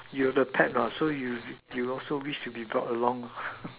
you the pet what so you you also wished to be brought along